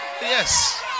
yes